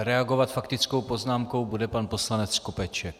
Reagovat faktickou poznámkou bude pan poslanec Skopeček.